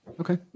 Okay